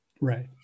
Right